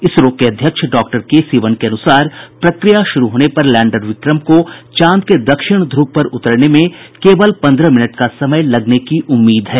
इसरो के अध्यक्ष डॉ के सिवन के अनुसार प्रक्रिया शुरू होने पर लैंडर विक्रम को चांद के दक्षिण ध्रव पर उतरने में केवल पन्द्रह मिनट का समय लगने की उम्मीद है